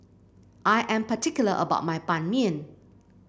I am particular about my Ban Mian